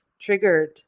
triggered